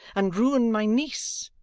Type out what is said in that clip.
and ruin my niece,